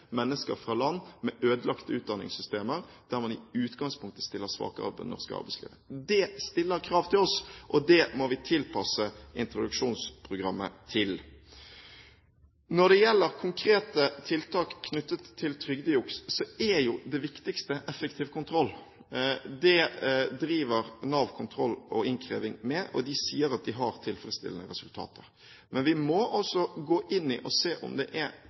mennesker fra land med ødelagte utdanningssystemer, der man i utgangspunktet stiller svakere i det norske arbeidslivet. Det stiller krav til oss, og det må vi tilpasse introduksjonsprogrammet til. Når det gjelder konkrete tiltak knyttet til trygdejuks, er det viktigste effektiv kontroll. Det driver Nav kontroll og innkreving med, og de sier at de har tilfredsstillende resultater. Men vi må gå inn og se om det er